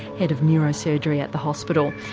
head of neurosurgery at the hospital.